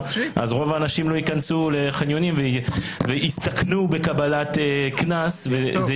אז רוב האנשים לא ייכנסו לחניונים ויסתכנו בקבלת קנס וזה